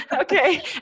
okay